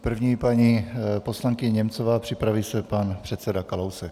První paní poslankyně Němcová, připraví se pan předseda Kalousek.